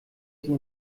die